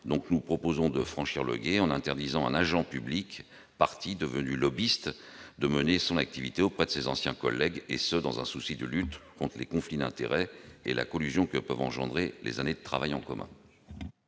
nous vous proposons de franchir le gué en interdisant à un agent public devenu lobbyiste de mener son activité auprès de ses anciens collègues, et ce dans un souci de lutte contre les conflits d'intérêts et la collusion que peuvent engendrer des années de travail en commun.